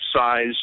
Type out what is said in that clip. size